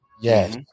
Yes